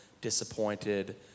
disappointed